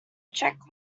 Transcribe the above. check